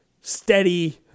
steady